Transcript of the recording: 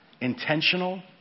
intentional